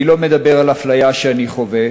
אני לא מדבר על אפליה שאני חווה,